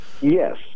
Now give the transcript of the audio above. Yes